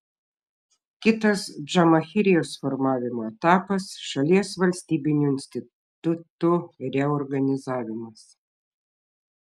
kitas džamahirijos formavimo etapas šalies valstybinių institutų reorganizavimas